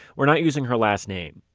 we're not using her last name.